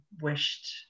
wished